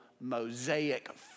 mosaic